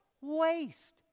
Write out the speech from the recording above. Waste